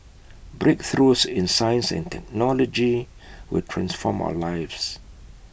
breakthroughs in science and technology will transform our lives